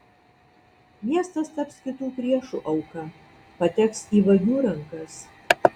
miestas taps kitų priešų auka pateks į vagių rankas